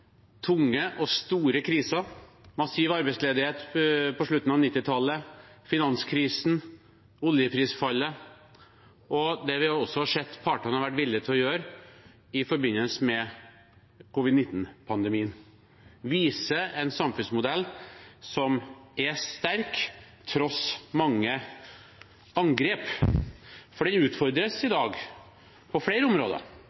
tunge og store kriser, massiv arbeidsledighet på slutten av 1990-tallet, finanskrisen og oljeprisfallet. Det vi også har sett at partene har vært villige til å gjøre i forbindelse med covid-19-pandemien, viser en samfunnsmodell som er sterk tross mange angrep. For den utfordres i dag, på flere områder,